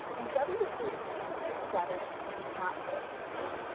and w h when they're together we do not say wuh-huh.